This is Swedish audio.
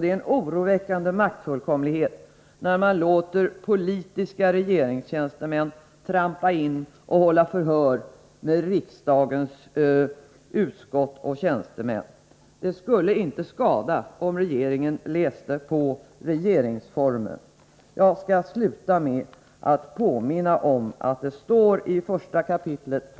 Det är en oroväckande maktfullkomlighet att låta politiska regeringstjänstemän trampa in och hålla förhör med riksdagens utskott och tjänstemän. Det skulle inte skada om regeringen läste på regeringsformen. Jag skall sluta med att påminna om att det i 1 kap.